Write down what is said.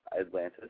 Atlantis